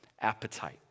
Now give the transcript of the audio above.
appetite